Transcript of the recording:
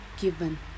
given